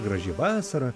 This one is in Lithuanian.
graži vasara